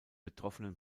betroffenen